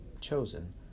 chosen